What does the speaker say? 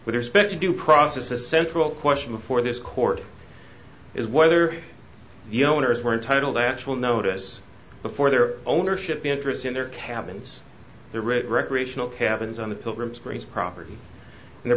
with respect to due process the central question before this court is whether the owners were entitled actual notice before their ownership interest in their cabins their rate recreational cabins on the pilgrims great property and their